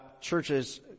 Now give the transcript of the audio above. churches